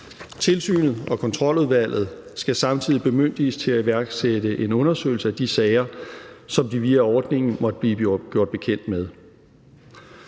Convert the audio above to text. Tilsynet og Kontroludvalget skal samtidig bemyndiges til at iværksætte en undersøgelse af de sager, som de via ordningen måtte blive gjort bekendt med.